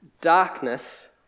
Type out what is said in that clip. Darkness